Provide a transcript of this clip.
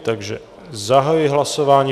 Takže zahajuji hlasování.